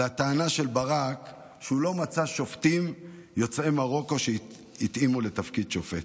על הטענה של ברק שהוא לא מצא שופטים יוצאי מרוקו שהתאימו לתפקיד שופט.